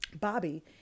Bobby